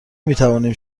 میتوانیم